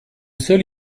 seul